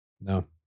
No